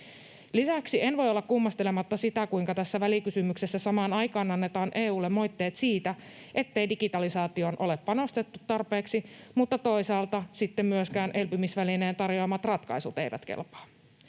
Lisäksi en voi olla kummastelematta sitä, kuinka tässä välikysymyksessä samaan aikaan annetaan EU:lle moitteet siitä, ettei digitalisaatioon ole panostettu tarpeeksi, mutta toisaalta sitten myöskään elpymisvälineen tarjoamat ratkaisut eivät kelpaa.